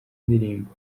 ndirimbo